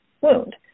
wound